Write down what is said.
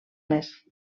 més